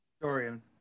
Dorian